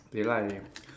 they like leh